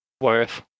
Worth